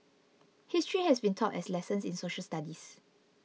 history has been taught as lessons in social studies